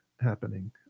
happening